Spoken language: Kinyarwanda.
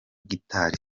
guitar